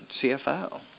CFO